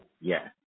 Yes